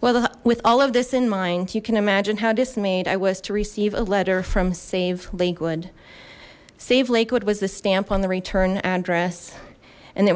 well with all of this in mind you can imagine how dismayed i was to receive a letter from save leg would save lakewood was the stamp on the return address and it